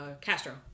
Castro